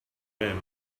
rim